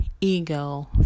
ego